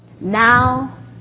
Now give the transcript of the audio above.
Now